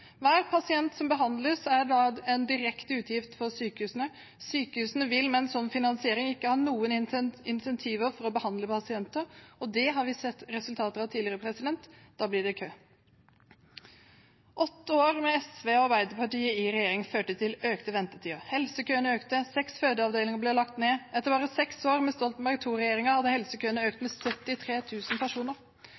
Hver pasient som behandles, er da en direkte utgift for sykehusene. Sykehusene vil med en slik finansiering ikke ha noen incentiver for å behandle pasienter, og det har vi sett resultatet av tidligere. Da blir det kø. Åtte år med SV og Arbeiderpartiet i regjering førte til økte ventetider. Helsekøene økte, seks fødeavdelinger ble lagt ned. Etter bare seks år med Stoltenberg II-regjeringen hadde helsekøene økt